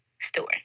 store